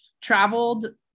traveled